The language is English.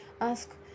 ask